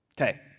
Okay